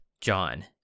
John